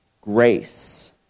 Grace